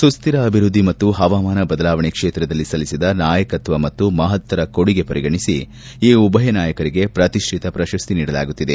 ಸುತ್ಹರ ಅಭಿವೃದ್ದಿ ಮತ್ತು ಪವಾಮಾನ ಬದಲಾವಣೆ ಕ್ಷೇತ್ರದಲ್ಲಿ ಸಲ್ಲಿಸಿದ ನಾಯಕತ್ವ ಮತ್ತು ಮಪತ್ತರ ಕೊಡುಗೆ ಪರಿಗಣಿಸಿ ಈ ಉಭಯನಾಯಕರಿಗೆ ಪ್ರತಿಷ್ಠಿತ ಪ್ರಶಸ್ತಿ ನೀಡಲಾಗುತ್ತಿದೆ